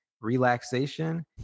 relaxation